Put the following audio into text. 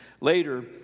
Later